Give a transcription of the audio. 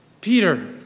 Peter